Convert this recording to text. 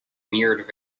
mirrored